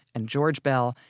and george beall,